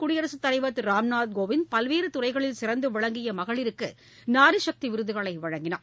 குடியரசு தலைவர் திரு ராம்நாத் கோவிந்த் பல்வேறு துறைகளில் சிறந்து விளங்கிய மகளிருக்கு நாரிசக்தி விருதுகளை வழங்கினார்